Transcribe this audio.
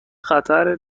خطر